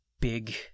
big